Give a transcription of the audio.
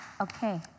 Okay